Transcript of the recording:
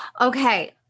Okay